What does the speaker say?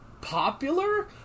popular